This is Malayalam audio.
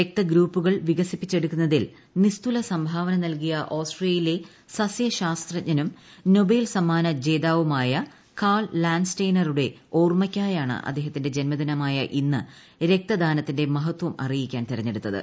രക്തഗ്രൂപ്പുകൾ വികസിപ്പിച്ചെടുക്കുന്നതിൽ നിസ്തുല സംഭാവന നൽകിയ ആസ്ട്രിയയിലെ സസൃ ശാസ്ത്രജ്ഞനും നോബൽ സമ്മാന്യു ജേതാവുമായ കാൾ ലാൻഡ്സ്റ്റെയിനറുടെ ഓർമ്മയ്ക്കായാണ് അദ്ദേഹത്തിന്റെ ജന്മദിനമായ ഇന്ന് രക്തദാനത്തിന്റെ മഹത്പം ക്ത്രിയിക്കാൻ തിരഞ്ഞെടുത്തത്